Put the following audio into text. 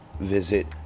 Visit